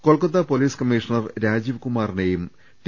Kolkata police commissioner Rajeev കുമാറി നെയും T